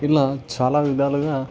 ఇలా చాలా విధాలుగా